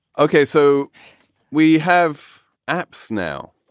ok, so we have apps now?